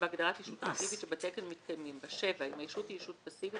שבהגדרת ישות אקטיבית שבתקן מתקיימים בה; אם הישות היא ישות פסיבית,